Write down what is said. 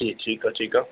ठीकु आहे ठीकु आहे